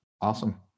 Awesome